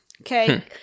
okay